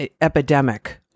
epidemic